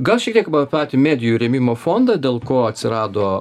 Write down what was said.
gal šiek tiek patį medijų rėmimo fondą dėl ko atsirado